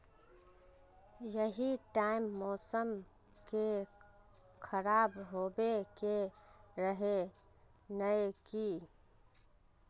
यही टाइम मौसम के खराब होबे के रहे नय की?